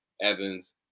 Evans